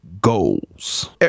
goals